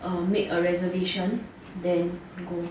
err make a reservation then go